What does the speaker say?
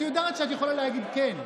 את יודעת שאת יכולה להגיד כן.